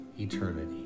eternity